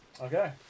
Okay